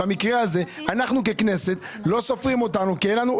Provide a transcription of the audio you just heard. שבמקרה כזה לא סופרים אותנו ככנסת.